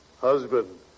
Husband